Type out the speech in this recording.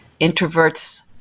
introverts